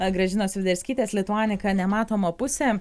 gražinos sviderskytės lituanika nematoma pusė